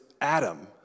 Adam